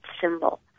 symbol